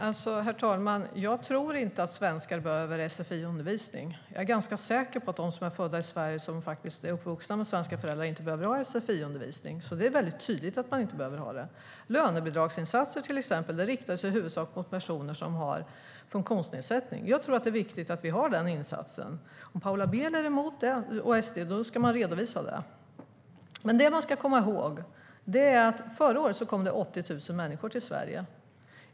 Herr talman! Jag tror inte att svenskar behöver sfi-undervisning. Jag är ganska säker på att de som är födda i Sverige och är uppvuxna med svenska föräldrar inte behöver sfi-undervisningen. Det är väldigt tydligt att de inte behöver det. Exempelvis lönebidragsinsatser riktar sig i huvudsak till personer som har funktionsnedsättning. Jag tror att det är viktigt att vi har den insatsen. Om Paula Bieler och Sverigedemokraterna är emot det ska man redovisa det. Det man ska komma ihåg är att det förra året kom 80 000 människor till Sverige.